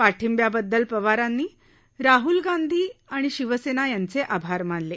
पाठिंब्याबद्दल पवारांनी राहुल गांधी शिवसेना यांचे आभार मानले